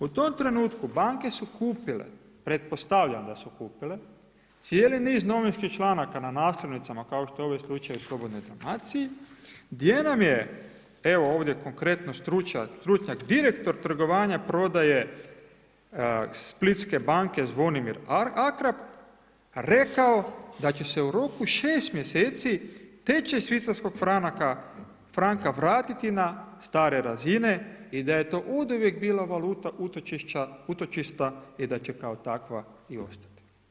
U tom trenutku banke su kupile, pretpostavljam da su kupile, cijeli niz novinskih članaka na naslovnicama kao što je ovdje slučaj u Slobodnoj Dalmaciji, gdje nam je, evo ovdje konkretno stručnjak direktor trgovanja prodaje Splitske banke, Zvonimir Akrap rekao da će se u roku 6 mjeseci tečaj švicarskog franka vratiti na stare razine i da je to oduvijek bila valuta utočišta i da će kao takva i ostati.